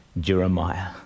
Jeremiah